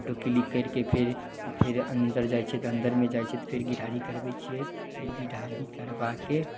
photo click करिकऽ फेर फेर अन्दर जाइ छियै तऽ अन्दरमे जाइ छियै तऽ फेर घी ढारी करबय छियै घी ढारी करबाके